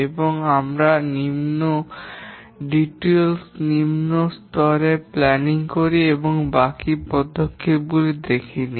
এরপরে আমরা বিশদ নিম্ন স্তরের পরিকল্পনা করব এবং আমরা বাকি পদক্ষেপগুলিও দেখে নেব